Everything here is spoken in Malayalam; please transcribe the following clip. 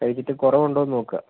കഴിച്ചിട്ട് കുറവുണ്ടോ എന്ന് നോക്ക